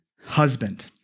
husband